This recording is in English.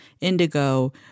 Indigo